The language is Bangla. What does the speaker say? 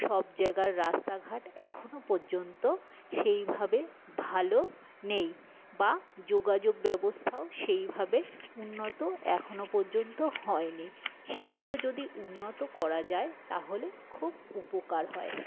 সব জায়গার রাস্তাঘাট এখনো পর্যন্ত সেইভাবে ভালো নেই বা যোগাযোগ ব্যবস্থাও সেইভাবে উন্নত এখনো পর্যন্ত হয়নি সেগুলো যদি উন্নত করা যায় তাহলে খুব উপকার হয়